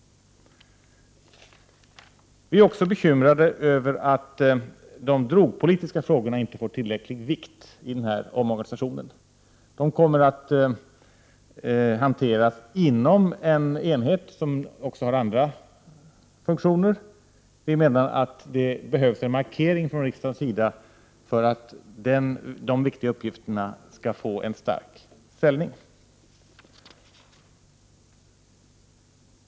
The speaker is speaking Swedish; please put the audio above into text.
Vi i folkpartiet är också bekymrade över att de drogpolitiska frågorna inte beaktats tillräckligt i förslaget till omorganisation. De kommer att hanteras inom en enhet som också har andra funktioner. Vi menar att det behövs en markering från riksdagens sida för att dessa viktiga uppgifter skall få en stark ställning.